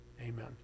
Amen